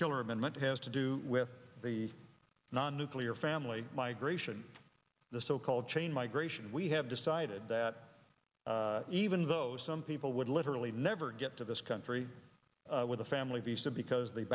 killer amendment has to do with the non nuclear family migration the so called chain migration we have decided that even though some people would literally never get to this country with a family visa because the